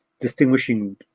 distinguishing